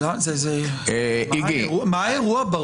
מה האירוע, ברור.